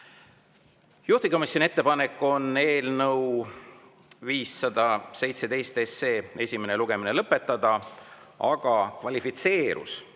Juhtivkomisjoni ettepanek on eelnõu 517 esimene lugemine lõpetada, aga kvalifitseerus